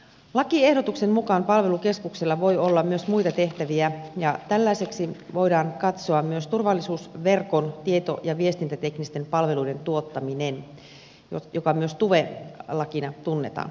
lakiehdotuksen mukaan palvelukeskuksella voi olla myös muita tehtäviä ja tällaiseksi voidaan katsoa myös turvallisuusverkon tieto ja viestintäteknisten palveluiden tuottaminen joka myös tuve lakina tunnetaan